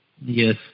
Yes